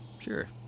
Sure